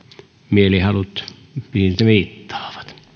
mielihalut viittaavat